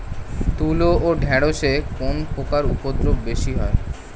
তুলো ও ঢেঁড়সে কোন পোকার উপদ্রব বেশি হয়?